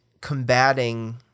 combating